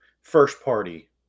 first-party